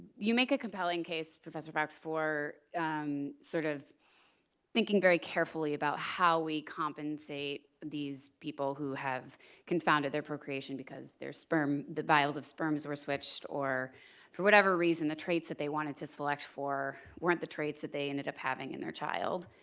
you make a compelling case, professor fox, for sort of thinking very carefully about how we compensate these people who have confounded their procreation because their sperm the vials of sperms were switched or for whatever reason the traits that they wanted to select for weren't the traits that they ended up having in their child